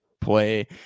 play